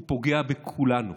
הוא פוגע בכולנו